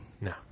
No